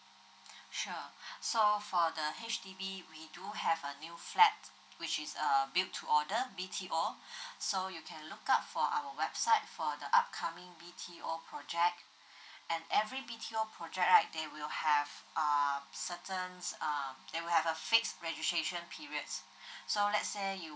sure so for the H_D_B we do have a new flat which is uh build to order B_T_O so you can look up for our website for the upcoming B_T_O project and every B_T_O project right they will have um certain um there will have a fixed registration periods so lets say you